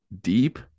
deep